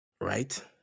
right